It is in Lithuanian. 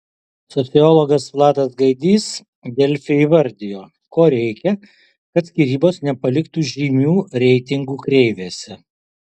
sociologas vladas gaidys delfi įvardijo ko reikia kad skyrybos nepaliktų žymių reitingų kreivėse